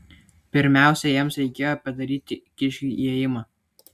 pirmiausia jiems reikėjo padaryti kiškiui įėjimą